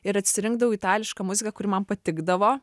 ir atsirinkdavau itališką muziką kuri man patikdavo